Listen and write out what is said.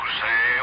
say